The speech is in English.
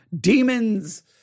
demons